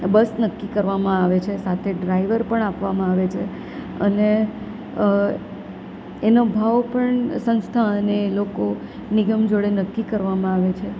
બસ નક્કી કરવામાં આવે છે સાથે ડ્રાઈવર પણ આપવામાં આવે છે અને એનો ભાવ પણ સંસ્થા અને લોકો નિગમ જોડે નક્કી કરવામાં આવે છે